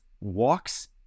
walks